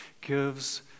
gives